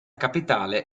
capitale